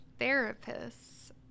therapist's